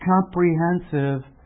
comprehensive